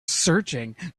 searching